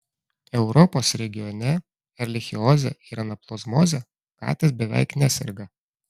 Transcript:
europos regione erlichioze ir anaplazmoze katės beveik neserga